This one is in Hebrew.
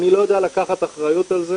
אני לא יודע לקחת אחריות על זה